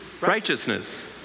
righteousness